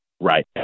Right